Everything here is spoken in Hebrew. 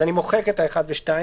אז אני מוחק את (1) ו-(2),